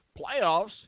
playoffs